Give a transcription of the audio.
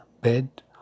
bed